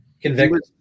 convicted